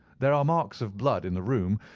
there are marks of blood in the room,